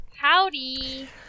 Howdy